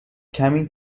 کمی